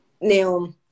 now